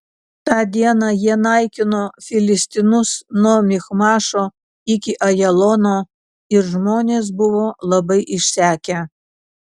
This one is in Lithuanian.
tą dieną jie naikino filistinus nuo michmašo iki ajalono ir žmonės buvo labai išsekę